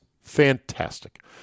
fantastic